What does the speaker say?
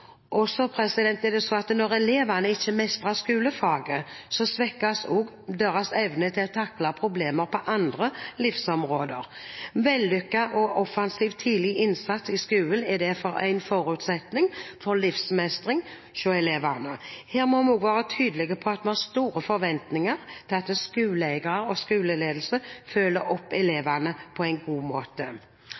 Når elevene ikke mestrer skolefaget, svekkes også deres evne til å takle problemer på andre livsområder. En vellykket og offensiv tidlig innsats i skolen er derfor en forutsetning for livsmestring hos elevene. Her må vi også være tydelige på at vi har store forventninger til at skoleeiere og skoleledelse følger opp elevene på en god måte.